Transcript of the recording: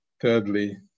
Thirdly